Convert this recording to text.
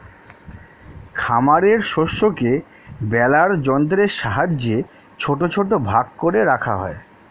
খামারের শস্যকে বেলার যন্ত্রের সাহায্যে ছোট ছোট ভাগ করে রাখা হয়